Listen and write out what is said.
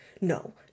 no